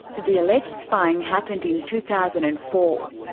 the alleged spying happened in two thousand and four.